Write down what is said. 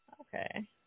Okay